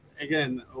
again